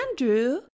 andrew